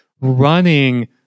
running